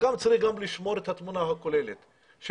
צריך גם לשמור את התמונה הכוללת של